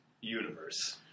universe